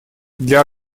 для